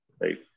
right